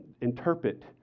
interpret